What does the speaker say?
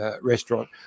restaurant